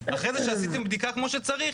ואחרי זה כשעשיתם בדיקה כמו שצריך,